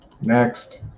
next